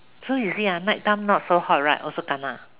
so you see ah night time not so hot right also kena